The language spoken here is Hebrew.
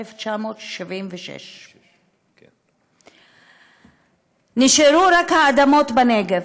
1976. נשארו רק האדמות בנגב,